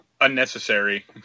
unnecessary